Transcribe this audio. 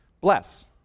bless